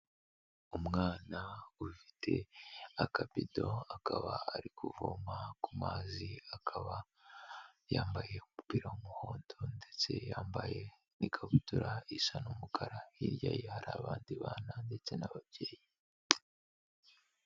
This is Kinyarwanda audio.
Umwana ufite akabido akaba ari kuvoma ku mazi, akaba yambaye umupira w'umuhondo ndetse yambaye n'ikabutura isa n'umukara, hirya ye hari abandi bana ndetse n'ababyeyi.